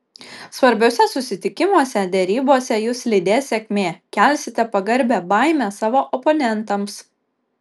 svarbiuose susitikimuose derybose jus lydės sėkmė kelsite pagarbią baimę savo oponentams